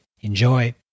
Enjoy